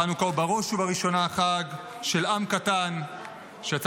חנוכה הוא בראש ובראשונה חג של עם קטן שיצא